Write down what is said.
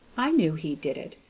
i knew he did it,